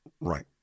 Right